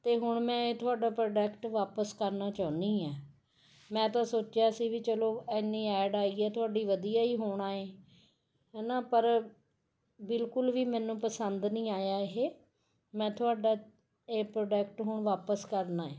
ਅਤੇ ਹੁਣ ਮੈਂ ਇਹ ਤੁਹਾਡਾ ਪ੍ਰੋਡਕਟ ਵਾਪਸ ਕਰਨਾ ਚਾਹੁੰਦੀ ਹਾਂ ਮੈਂ ਤਾਂ ਸੋਚਿਆ ਸੀ ਵੀ ਚਲੋ ਇੰਨੀ ਐਡ ਆਈ ਹੈ ਤੁਹਾਡੀ ਵਧੀਆ ਹੀ ਹੋਣਾ ਏ ਹੈ ਨਾ ਪਰ ਬਿਲਕੁਲ ਵੀ ਮੈਨੂੰ ਪਸੰਦ ਨਹੀਂ ਆਇਆ ਇਹ ਮੈਂ ਤੁਹਾਡਾ ਇਹ ਪ੍ਰੋਡਕਟ ਹੁਣ ਵਾਪਸ ਕਰਨਾ ਏ